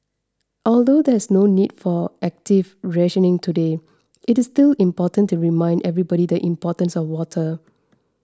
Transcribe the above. although there is no need for active rationing today it is still important to remind everybody the importance of water